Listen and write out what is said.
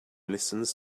listens